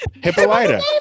Hippolyta